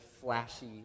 flashy